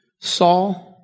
Saul